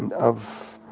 and of,